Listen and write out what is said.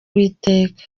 uwiteka